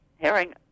Herring